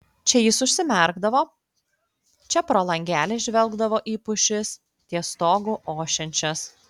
čia jis užsimerkdavo čia pro langelį žvelgdavo į pušis ties stogu ošiančias